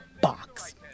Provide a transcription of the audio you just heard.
box